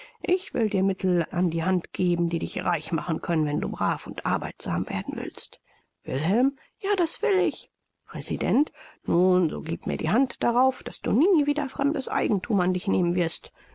ich will dir mittel an die hand geben die dich reich machen können wenn du brav und arbeitsam werden willst wilhelm ja das will ich präsident nun so gieb mir die hand darauf daß du nie wieder fremdes eigenthum an dich nehmen wirst